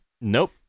Nope